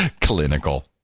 Clinical